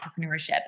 entrepreneurship